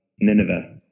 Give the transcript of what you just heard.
nineveh